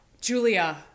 Julia